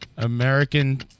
American